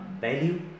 value